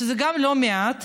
שגם זה לא מעט,